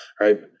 right